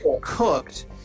cooked